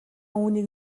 үүнийг